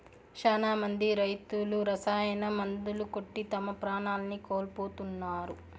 శ్యానా మంది రైతులు రసాయన మందులు కొట్టి తమ ప్రాణాల్ని కోల్పోతున్నారు